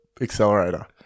accelerator